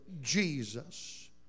Jesus